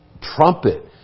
trumpet